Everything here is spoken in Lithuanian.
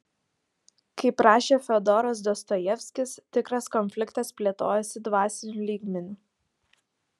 kaip rašė fiodoras dostojevskis tikras konfliktas plėtojasi dvasiniu lygmeniu